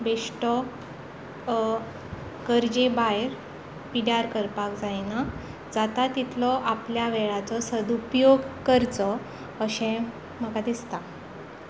बेश्टो गरजे भायर पिड्ड्यार करपाक जायना जाता तितलो आपल्या वेळाचो उपयोग करचो अशें म्हाका दिसता